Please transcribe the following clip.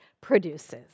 produces